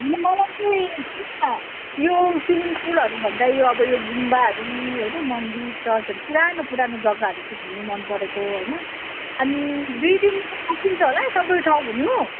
मलाई चाहिँ गुम्पा यो स्वीमिङ पुलहरू भन्दा यो अब यो गुम्बाहरू होइन मन्दिर चर्चहरू पुरानो पुरानो जग्गाहरू चाहिँ घुम्नु मन परेको होइन अनि दुई दिनसम्म सकिन्छ होला सबै ठाउँ घुम्नु